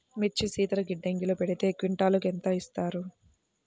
మిర్చి శీతల గిడ్డంగిలో పెడితే క్వింటాలుకు ఎంత ఇస్తారు?